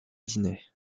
dîner